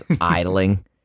idling